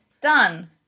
Done